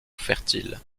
fertile